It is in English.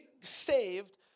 saved